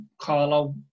Carlo